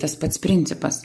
tas pats principas